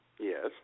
Yes